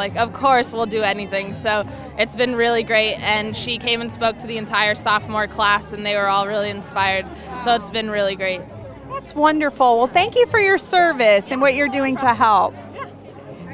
like of course will do anything so it's been really great and she came and spoke to the entire sophomore class and they were all really inspired so it's been really great it's wonderful well thank you for your service and what you're doing to help